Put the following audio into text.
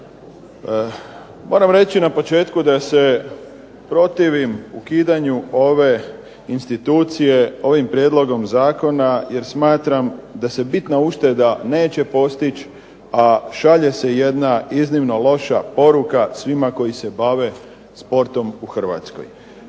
Moram reći na početku da se protivim ukidanju ove institucije ovim prijedlogom zakona, jer smatram da se bitna ušteda neće postići, a šalje se jedna iznimno loša poruka svima koji se bave sportom u Hrvatskoj.